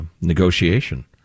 negotiation